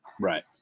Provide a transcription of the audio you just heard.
Right